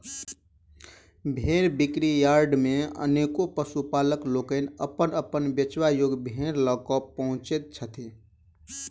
भेंड़ बिक्री यार्ड मे अनेको पशुपालक लोकनि अपन अपन बेचबा योग्य भेंड़ ल क पहुँचैत छथि